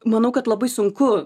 manau kad labai sunku